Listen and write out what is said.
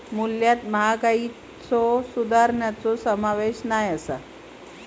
मूल्यात महागाईच्यो सुधारणांचो समावेश नसा